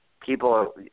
people